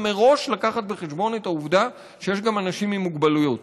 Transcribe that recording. מראש להביא בחשבון את העובדה שיש גם אנשים עם מוגבלויות,